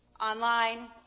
online